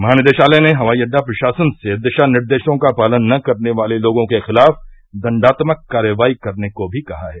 महानिदेशालय ने हवाई अड्डा प्रशासन से दिशा निर्देशों का पालन न करने वाले लोगों के खिलाफ दंडात्मक कार्रवाई करने को भी कहा है